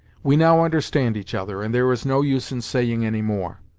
we now understand each other, and there is no use in saying any more.